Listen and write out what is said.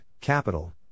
Capital